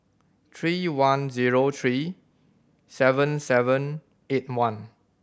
three one zero three seven seven eight one